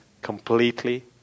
completely